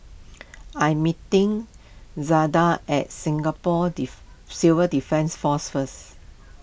I meeting Zaida at Singapore Civil Defence force first